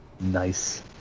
Nice